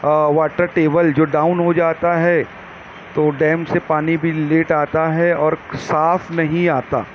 water table جو down ہو جاتا ہے تو ڈیم سے پانی بھی لیٹ آتا ہے اور صاف نہیں آتا